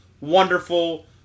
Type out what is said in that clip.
wonderful